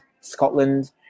Scotland